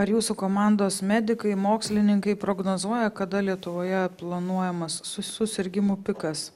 ar jūsų komandos medikai mokslininkai prognozuoja kada lietuvoje planuojamas su susirgimų pikas